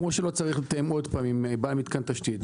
כמו שלא צריך לתאם עוד פעם עם בעל מתקן תשתית,